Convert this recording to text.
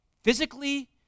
physically